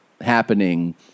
happening